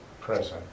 present